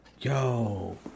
yo